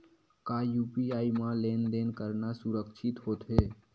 का यू.पी.आई म लेन देन करना सुरक्षित होथे?